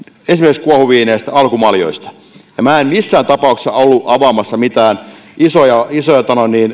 esimerkiksi kuohuviineistä alkumaljoista minä en missään tapauksessa ollut avaamassa mitään isoja isoja